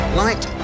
light